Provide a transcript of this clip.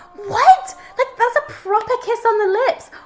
what? like that's a proper kiss on the lips?